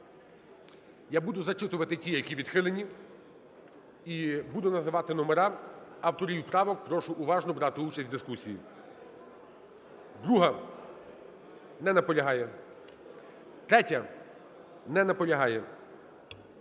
Я буду зачитувати ті, які відхилені і буду називати номера. Авторів правок прошу уважно брати участь в дискусії. 2-а. Не наполягає. 3-я. Не наполягає.